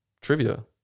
trivia